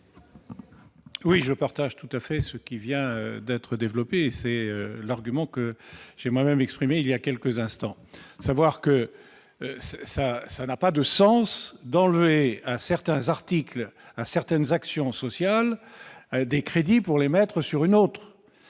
Oui, je partage tout à fait ce qui vient d'être développé, c'est l'argument que j'ai moi-même exprimé il y a quelques instants, savoir que ça, ça n'a pas de sens, d'enlever à certains articles à certaines actions sociales des crédits pour les mettre sur une autre